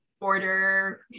Order